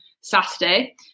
Saturday